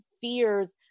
fears